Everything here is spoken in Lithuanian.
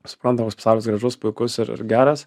supranta koks pasaulis gražus puikus ir ir geras